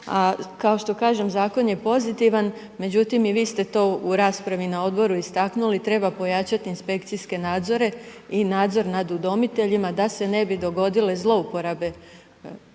kao što kažem, Zakon je pozitivan. Međutim i vi ste to u raspravi na odboru istaknuli, treba pojačati inspekcijske nadzore i nadzor nad udomiteljima da se ne bi dogodile zlouporabe